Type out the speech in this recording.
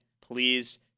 please